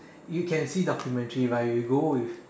you can see documentary right you go with